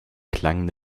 klang